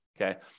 okay